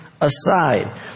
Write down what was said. aside